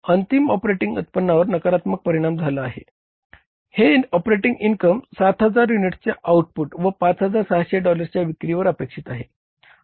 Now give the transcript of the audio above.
आपल्याकडे सकारात्मक काँट्रीब्युशन आहे